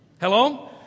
Hello